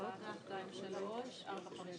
המחנה הציוני לסעיף 1 לא אושרה ותעלה למליאה לקריאה השנייה